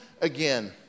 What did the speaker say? again